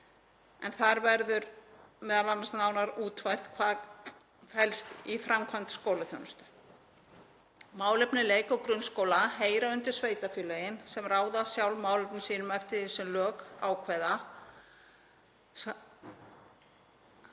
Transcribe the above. þar sem verður nánar útfært hvað felst í framkvæmd skólaþjónustu. Málefni leik- og grunnskóla heyra undir sveitarfélögin sem ráða sjálf málefnum sínum eftir því sem lög ákveða,